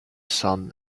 sun